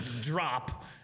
drop